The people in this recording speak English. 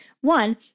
One